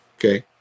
Okay